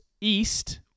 east